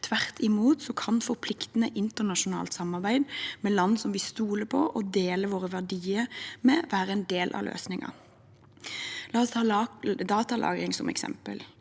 Tvert imot kan forpliktende internasjonalt samarbeid med land som vi stoler på, og som vi deler våre verdier med, være en del av løsningen. La oss ta datalagring som eksempel.